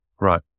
Right